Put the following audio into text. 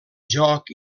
joc